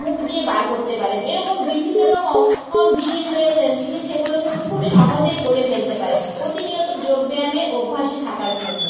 মুখ দিয়ে বার করতে পারেন এরকম বিভিন্ন রকম জিনিস রয়েছে তিনি সেগুলো কিন্তু খুব সহজেই করে ফেলতে পারেন প্রতিনিয়ত যোগব্যায়ামে অভ্যাসে থাকার জন্য